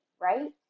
right